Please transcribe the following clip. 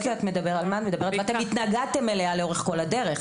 אתם התנגדתם אליה לאורך כל הדרך.